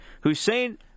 Hussein